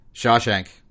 Shawshank